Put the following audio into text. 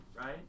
right